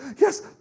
yes